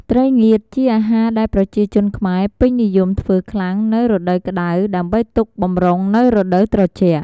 ត្រីងៀតជាអាហារដែលប្រជាជនខ្មែរពេញនិយមធ្ចើខ្លាំងនៅរដូវក្ដៅដើម្បីទុកបម្រុងនៅរដូវត្រជាក់។